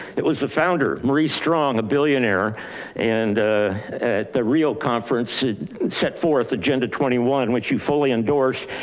it was the founder, maurice strong, a billionaire and at the real conference set forth agenda twenty one, which you fully endorsed.